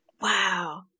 Wow